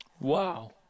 Wow